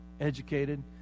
educated